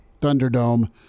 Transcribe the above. Thunderdome